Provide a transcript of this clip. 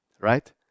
right